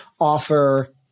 offer